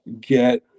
get